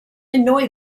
annoy